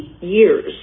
years